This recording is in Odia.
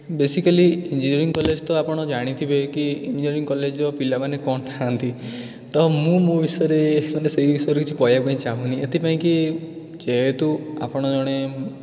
ବେସିକାଲି ଇଞ୍ଜିନିୟରିଙ୍ଗ୍ କଲେଜ୍ ତ ଆପଣ ଜାଣିଥିବେ କି ଇଞ୍ଜିନିୟରିଙ୍ଗ୍ କଲେଜ୍ର ପିଲାମାନେ କ'ଣ ଥାଆନ୍ତି ତ ମୁଁ ମୋ ବିଷୟରେ ମାନେ ସେହି ବିଷୟରେ କିଛି କହିବା ପାଇଁ ଚାହୁଁନି ଏଥିପାଇଁ କି ଯେହେତୁ ଆପଣ ଜଣେ